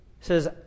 says